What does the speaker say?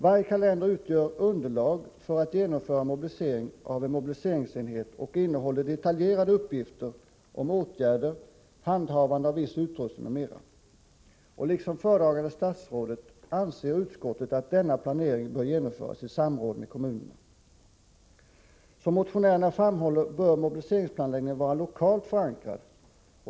Varje kalender utgör underlag för arbetet med att genomföra mobilisering av en mobiliseringsenhet och innehåller detaljerade uppgifter om åtgärder, handhavande av viss utrustning, m.m. Liksom föredragande statsrådet anser utskottet att denna planering bör genomföras i samråd med kommunen. Som motionärerna framhåller bör mobiliseringsplanläggningen vara lokalt förankrad.